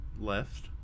left